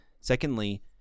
secondly